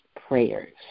prayers